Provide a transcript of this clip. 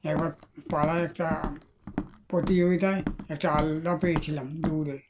একবার পাড়ায় একটা প্রতিযোগিতায় একটা আলনা পেয়েছিলাম দৌড়ে